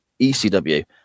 ECW